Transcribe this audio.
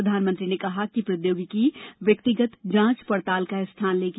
प्रधानमंत्री ने कहा कि प्रौद्योगिकी व्यक्तिगत जांच पड़ताल का स्थान लेगी